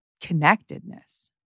connectedness